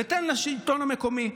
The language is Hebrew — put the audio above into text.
ניתן לשלטון המקומי.